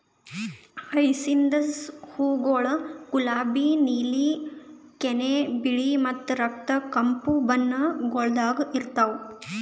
hyacinthus ಹೂವುಗೊಳ್ ಗುಲಾಬಿ, ನೀಲಿ, ಕೆನೆ, ಬಿಳಿ ಮತ್ತ ರಕ್ತ ಕೆಂಪು ಬಣ್ಣಗೊಳ್ದಾಗ್ ಇರ್ತಾವ್